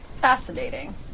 Fascinating